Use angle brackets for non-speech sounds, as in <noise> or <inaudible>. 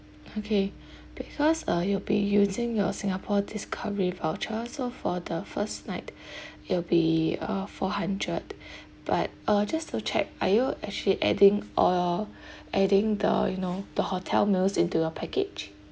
okay <breath> because uh you will be using your singapore discovery voucher so for the first night <breath> it'll be uh four hundred but uh just to check are you actually adding or adding the you know the hotel meals into your package